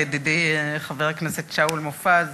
ידידי חבר הכנסת שאול מופז,